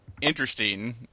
interesting